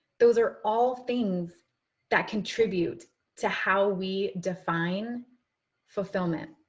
those are all things that contribute to how we define fulfillment.